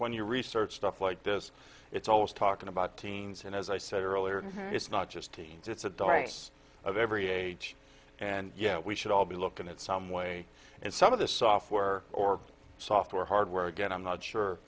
when you're research stuff like this it's always talking about teens and as i said earlier it's not just teens it's a dice of every age and we should all be looking at some way and some of the software or software hardware again i'm not sure